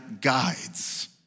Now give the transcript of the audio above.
guides